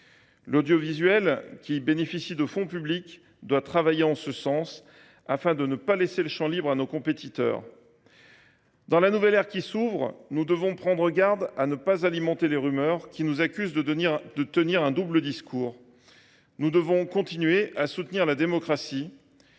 L’audiovisuel, qui bénéficie de fonds publics, doit travailler en ce sens, afin de ne pas laisser le champ libre à nos compétiteurs. Dans la nouvelle ère qui s’ouvre, nous devons prendre garde à ne pas alimenter les rumeurs qui nous accusent de tenir un double discours. Nous devons continuer à soutenir la démocratie.